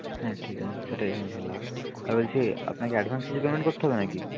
হ্যাঁ ঠিক আছে সেটাই তাহলে ভালো হবে আর বলছি আপনাকে অ্যাডভান্স কিছু পেমেন্ট করতে হবে না কি